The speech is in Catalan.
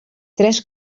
tres